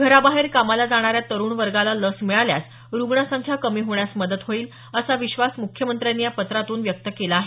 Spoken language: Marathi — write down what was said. घराबाहेर कामाला जाणाऱ्या तरुण वर्गाला लस मिळाल्यास रुग्ण संख्या कमी होण्यास मदत होईल असा विश्वास मुख्यमंत्र्यांनी या पत्रातून व्यक्त केला आहे